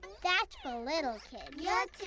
that's for little yeah